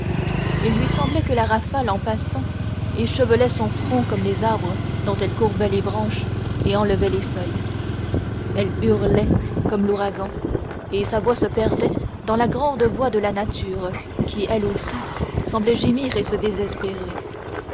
il lui semblait que la rafale en passant échevelait son front comme les arbres dont elle courbait les branches et enlevait les feuilles elle hurlait comme l'ouragan et sa voix se perdait dans la grande voix de la nature qui elle aussi semblait gémir et se désespérer